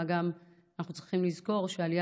מה גם שאנחנו צריכים לזכור שהעלייה